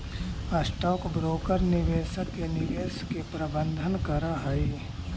stock broker निवेशक के निवेश के प्रबंधन करऽ हई